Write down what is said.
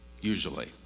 usually